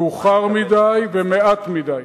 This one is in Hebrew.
מאוחר מדי ומעט מדי.